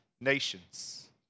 nations